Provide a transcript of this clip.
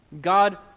God